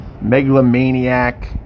Megalomaniac